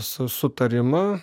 su sutarimą